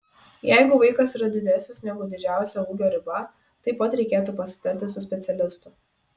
jeigu vaikas yra didesnis negu didžiausia ūgio riba taip pat reikėtų pasitarti su specialistu